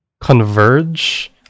Converge